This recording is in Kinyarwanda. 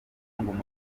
umurwayi